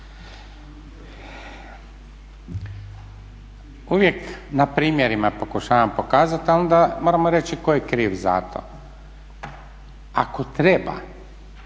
Uvijek na primjerima pokušavam pokazati a onda moramo reći tko je kriv za to. Ako treba